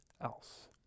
else